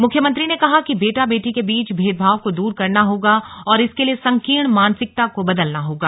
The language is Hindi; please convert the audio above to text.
मुख्यमंत्री ने कहा कि बेटा बेटी के बीच भेदभाव को दूर करना होगा और इसके लिए संकीर्ण मानसिकता को बदलना होगा